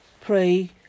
pray